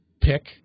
pick